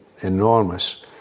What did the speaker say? enormous